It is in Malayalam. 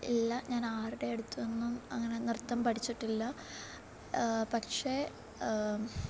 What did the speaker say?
ഇല്ല ഞാൻ ആരുടെ അടുത്തുനിന്നും അങ്ങനെ നൃത്തം പഠിച്ചിട്ടില്ല പക്ഷേ